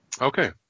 Okay